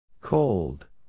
Cold